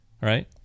right